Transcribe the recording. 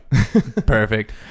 Perfect